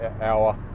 hour